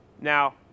Now